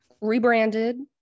rebranded